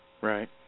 Right